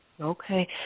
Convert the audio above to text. Okay